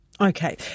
Okay